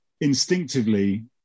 instinctively